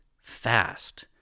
fast